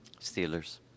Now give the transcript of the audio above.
Steelers